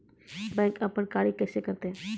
Bank अपन कार्य कैसे करते है?